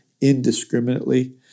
indiscriminately